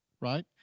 right